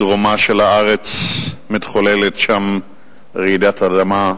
בדרומה של הארץ, מתחוללת שם רעידת אדמה,